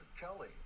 kelly